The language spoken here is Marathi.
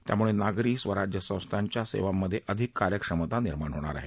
यामुळे नागरी स्वराज संस्थांच्या सेवांमधे अधिक कार्यक्षमता निर्माण होणार आहे